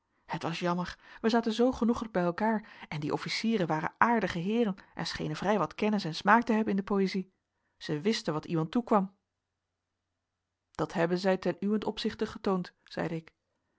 het was jammer wij zaten zoo genoeglijk bij elkaar en die officieren waren aardige heeren en schenen vrij wat kennis en smaak te hebben in de poëzie zij wisten wat iemand toekwam dat hebben zij ten uwen opzichte getoond zeide ik